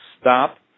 stop